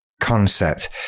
concept